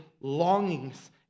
longings